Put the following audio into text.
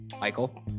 Michael